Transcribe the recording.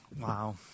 Wow